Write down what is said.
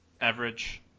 average